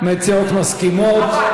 המציעות מסכימות?